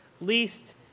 least